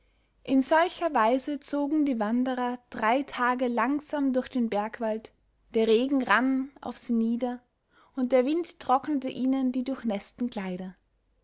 in solcher weise zogen die wanderer drei tage langsam durch den bergwald der regen rann auf sie nieder und der wind trocknete ihnen die durchnäßten kleider